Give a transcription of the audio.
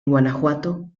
guanajuato